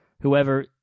whoever